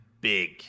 big